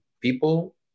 people